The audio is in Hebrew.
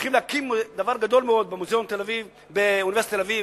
הולכים להקים דבר גדול מאוד באוניברסיטת תל-אביב,